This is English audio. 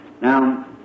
Now